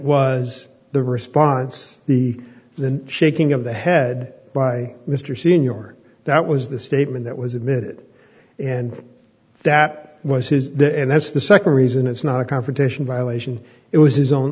was the response the the shaking of the head by mr senor that was the statement that was admitted and that was his and that's the second reason it's not a confrontation violation it was his own